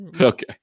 okay